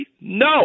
No